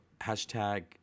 Hashtag